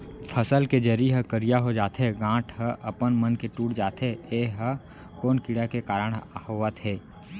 फसल के जरी ह करिया हो जाथे, गांठ ह अपनमन के टूट जाथे ए कोन कीड़ा के कारण होवत हे?